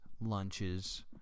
lunches